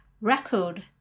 record